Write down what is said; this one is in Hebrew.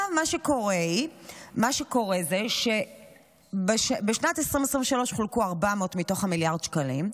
מה שקורה עכשיו זה שבשנת 2023 חולקו 400 מתוך מיליארד השקלים,